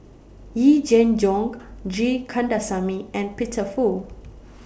Yee Jenn Jong G Kandasamy and Peter Fu